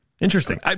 Interesting